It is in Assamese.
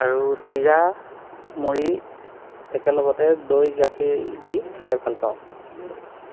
আৰু চিৰা মুৰি একেলগতে দৈ গাখীৰ দি খাই ভাল পাওঁ